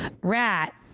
rat